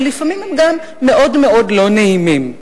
ולפעמים הם גם מאוד מאוד לא נעימים.